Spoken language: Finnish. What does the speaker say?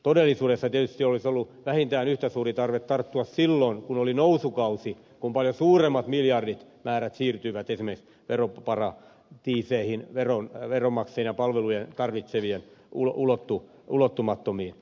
todellisuudessa olisi tietysti ollut vähintään yhtä suuri tarve tarttua silloin kun oli nousukausi kun paljon suuremmat miljardimäärät siirtyivät esimerkiksi veroparatiiseihin veronmaksajien ja palveluja tarvitsevien ulottumattomiin